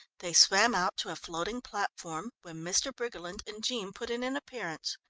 they swam out to a floating platform when mr. briggerland and jean put in an appearance.